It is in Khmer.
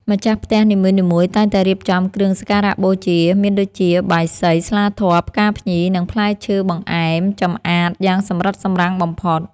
ម្ចាស់ផ្ទះនីមួយៗតែងតែរៀបចំគ្រឿងសក្ការបូជាមានដូចជាបាយសី ស្លាធម៌ ផ្កាភ្ញី និងផ្លែឈើបង្អែមចម្អាតយ៉ាងសម្រិតសម្រាំងបំផុត។